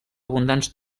abundants